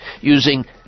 using